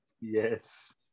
Yes